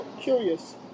curious